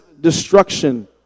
destruction